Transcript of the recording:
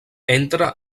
entre